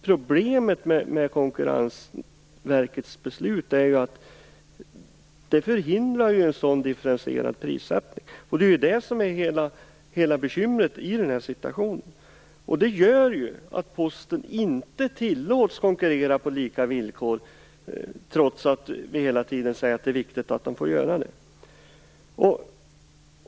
Problemet med Konkurrensverkets beslut är att det förhindrar en sådan differentierad prissättning. Det är hela bekymret i den här situationen. Det gör att Posten inte tillåts konkurrera på lika villkor, trots att vi hela tiden säger att det är viktigt att den får göra det.